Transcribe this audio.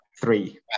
three